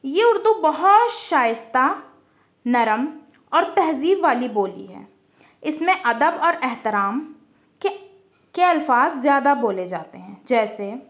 یہ اردو بہت شائستہ نرم اور تہذیب والی بولی ہے اس میں ادب اور احترام کے کے الفاظ زیادہ بولے جاتے ہیں جیسے